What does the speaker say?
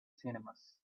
cinemas